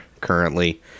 currently